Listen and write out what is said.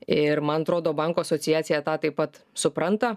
ir man atrodo bankų asociacija tą taip pat supranta